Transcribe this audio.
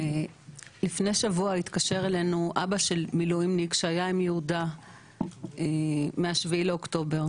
לפני שבוע התקשר אלינו אבא של מילואימניק שהיה עם יהודה מה-7 באוקטובר.